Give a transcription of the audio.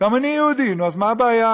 גם אני יהודי, אז מה הבעיה?